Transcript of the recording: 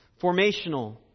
formational